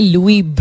Louis